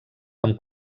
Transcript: amb